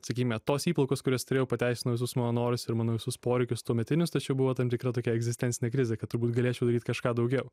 sakykime tos įplaukos kurias turėjau pateisino visus mano norus ir mano visus poreikius tuometinius tačiau buvo tam tikra tokia egzistencinė krizė kad turbūt galėčiau daryti kažką daugiau